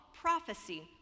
prophecy